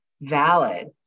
valid